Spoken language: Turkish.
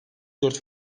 dört